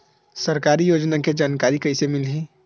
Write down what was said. सरकारी योजना के जानकारी कइसे मिलही?